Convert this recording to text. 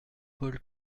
paul